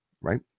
right